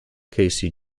casey